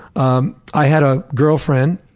um i had a girlfriend